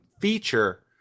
feature